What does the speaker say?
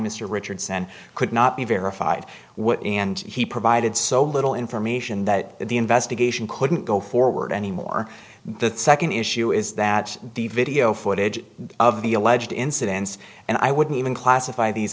mr richardson could not be verified what and he provided so little information that the investigation couldn't go forward anymore the second issue is that the video footage of the alleged incidents and i wouldn't even classify these